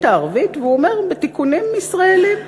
הערבית?" הוא אומר: "בתיקונים ישראליים".